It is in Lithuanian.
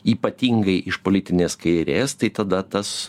ypatingai iš politinės kairės tai tada tas